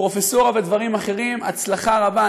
פרופסורה ודברים אחרים הצלחה רבה.